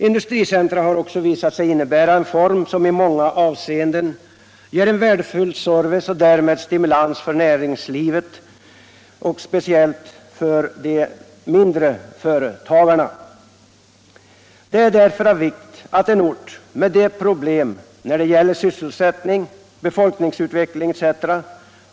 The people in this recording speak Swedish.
Industricentra har visat sig vara en form som i många avseenden ger en värdefull service och därmed stimulans för näringslivet, särskilt för de mindre företagarna. Det är därför av vikt att en ort med de problem beträffande sysselsättning, befolkningsutveckling etc.